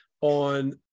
on